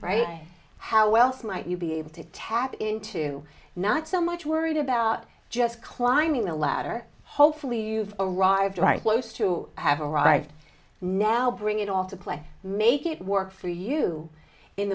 right how else might you be able to tap into not so much worried about just climbing a ladder hopefully you've arrived right close to have arrived now bring it all to play make it work for you in